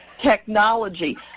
technology